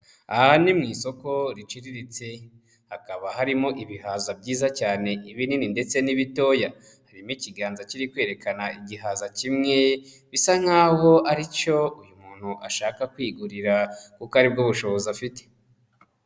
Aha ni mu isoko riciriritse, hakaba harimo ibihaza byiza cyane ibinini ndetse n'ibitoya, harimo ikiganza kiri kwerekana igihaza kimwe, bisa nkaho ari cyo uyu muntu ashaka kwigurira, kuko ari bwo bushobozi afite.